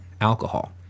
alcohol